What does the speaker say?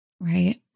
Right